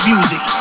Music